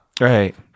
Right